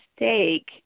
mistake